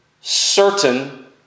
certain